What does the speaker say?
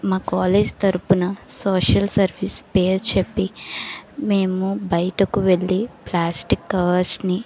మా కాలేజ్ తరపున social service పేరు చెప్పి మేము బయటకు వెళ్ళి ప్లాస్టిక్ కవర్స్ని